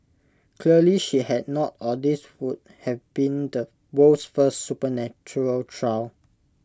clearly she had not or this would have been the world's first supernatural trial